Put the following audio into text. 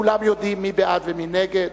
כולם יודעים מי בעד ומי נגד.